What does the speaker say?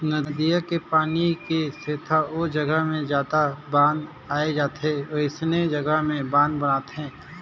नदिया के पानी के सेथा ओ जघा मे जादा बाद आए जाथे वोइसने जघा में बांध बनाथे